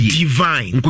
divine